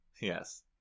Yes